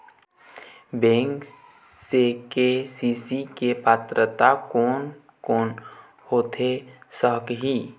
Bank से KCC के पात्रता कोन कौन होथे सकही?